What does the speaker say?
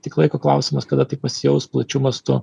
tik laiko klausimas kada tai pasijaus plačiu mastu